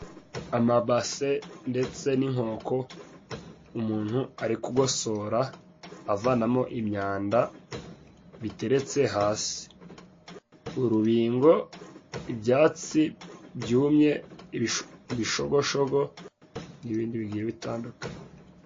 Amabase ndetse n'inkoko, umuntu ari kugosora avanamo imyanda biteretse hasi .Urubingo, ibyatsi byumye, ibishoshogo, n'ibindi bigiye bitandukanye.